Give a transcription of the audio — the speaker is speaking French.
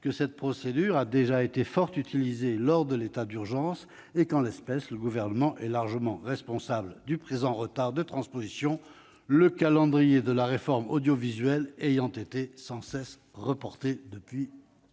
que cette procédure a déjà été fort utilisée lors de l'état d'urgence et que, en l'espèce, le Gouvernement est largement responsable du présent retard de transposition, le calendrier de la réforme audiovisuelle ayant été sans cesse reporté depuis